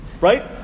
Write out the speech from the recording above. right